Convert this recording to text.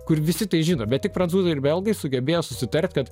kur visi tai žino bet tik prancūzai ir belgai sugebėjo susitarti kad